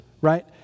right